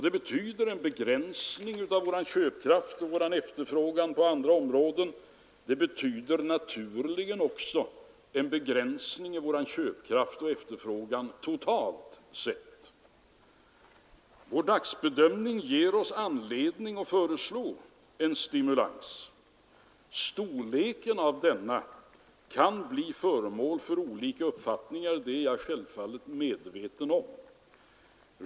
Det betyder en begränsning av vår köpkraft och vår efterfrågan på andra områden; det betyder naturligen också en begränsning av vår köpkraft och efterfrågan totalt sett. Vår dagsbedömning ger oss anledning att föreslå en stimulans. Storleken av denna kan bli föremål för olika uppfattningar — det är jag självfallet medveten om.